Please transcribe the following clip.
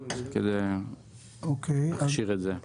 הפרקליטות כדי להכשיר את זה.